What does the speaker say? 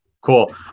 Cool